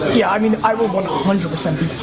yeah, i mean i will one hundred percent